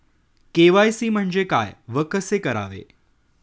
KYC म्हणजे काय व कसे करावे?